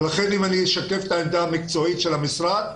לכן אם אני אשקף את העמדה המקצועית של המשרד,